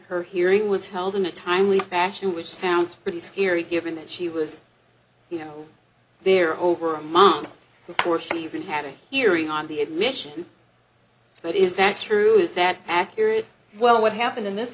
her hearing was held in a timely fashion which sounds pretty scary given that she was you know there over a month before she even had a hearing on the admission but is that true is that accurate well what happened in this